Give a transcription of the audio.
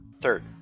Third